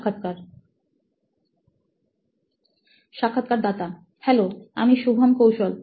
সাক্ষাৎকারদাতা হ্যালো আমি শুভম কৌশল